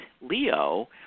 Leo